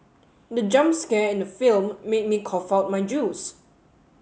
the jump scare in the film made me cough out my juice